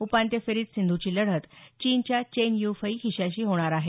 उपांत्य फेरीत सिंधूची लढत चीनच्या चेन यू फई हिच्याशी होणार आहे